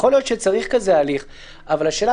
יכול להיות שצריך הליך כזה אבל השאלה